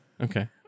okay